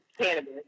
cannabis